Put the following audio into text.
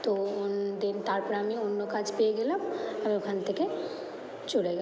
তো দেন তারপর আমি অন্য কাজ পেয়ে গেলাম আর ওখান থেকে চলে গেলাম